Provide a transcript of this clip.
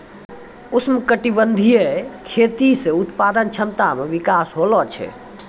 उष्णकटिबंधीय खेती से उत्पादन क्षमता मे विकास होलो छै